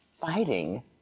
fighting